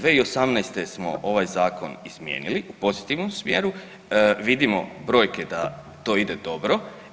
2018. smo ovaj Zakon izmijenili u pozitivnom smjeru, vidimo brojke da to ide dobro.